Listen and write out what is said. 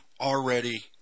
already